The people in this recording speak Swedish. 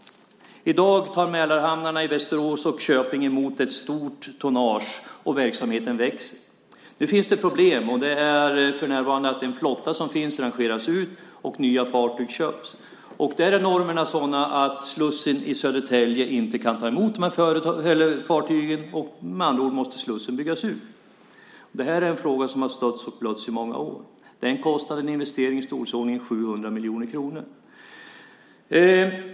I dag tar Mälarhamnarna i Västerås och Köping emot ett stort tonnage, och verksamheten växer. Nu finns det problem, nämligen att den flotta som för närvarande finns rangeras ut och nya fartyg köps in. Normerna är sådana att slussen i Södertälje inte kan ta emot fartygen, och med andra ord måste slussen byggas ut. Det är en fråga som har stötts och blötts i många år. Kostnaden för investeringen är i storleksordningen 700 miljoner kronor.